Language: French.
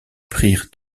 prirent